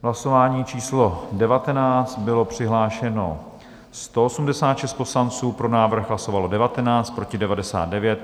V hlasování číslo 19 bylo přihlášeno 186 poslanců, pro návrh hlasovalo 19, proti 99.